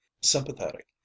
sympathetic